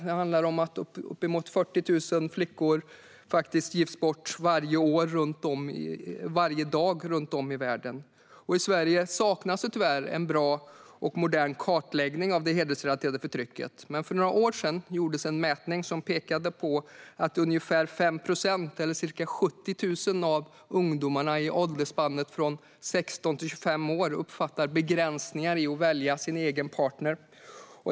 Det handlar om att uppemot 40 000 flickor faktiskt gifts bort varje dag runt om i världen. I Sverige saknas, tyvärr, en modern och bra kartläggning av det hedersrelaterade förtrycket. Men för några år sedan gjordes en mätning som pekade på att ungefär 5 procent - ca 70 000 - av ungdomarna i åldersspannet 16-25 år uppfattar begränsningar i att välja sin egen partner.